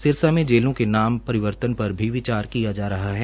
सिरसा में जेलों के नाम परिवर्तन पर भी विचार किया जा रहा है